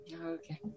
Okay